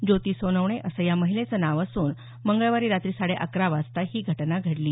ज्योती सोनवणे असं या महिलेचं नाव असून मंगळवारी रात्री साडे अकरा वाजता ही घटना घडली